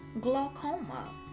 glaucoma